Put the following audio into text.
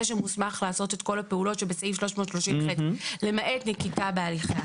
שמוסמך לעשות את כל הפעולות שבסעיף 330ח,